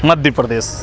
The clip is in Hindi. मध्य प्रदेश